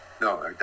No